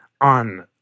on